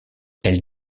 elle